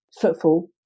footfall